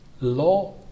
Law